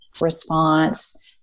response